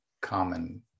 common